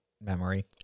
memory